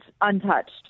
untouched